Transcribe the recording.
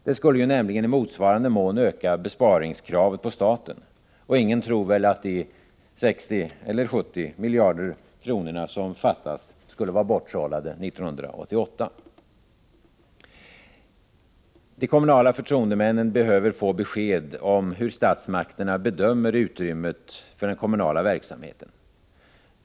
Det skulle ju i motsvarande mån öka kravet på staten att göra besparingar. Och ingen tror väl att de 60 eller 70 miljarder kronor som fattas skulle vara borttrollade 1988. De kommunala förtroendemännen behöver få besked om hur statsmakterna bedömer utrymmet för den kommunala verksamheten.